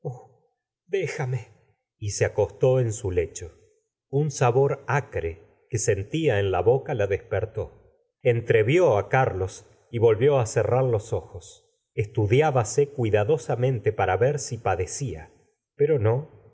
déjame y se acostó en su lecho un sabor acre que sentía en la boca la despertó entrevió á carlos y volvió á cerrar los ojos estudiábase cuidadosamente para ver padecía pero no